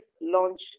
launch